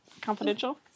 confidential